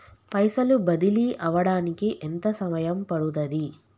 పైసలు బదిలీ అవడానికి ఎంత సమయం పడుతది?